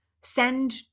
send